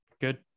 good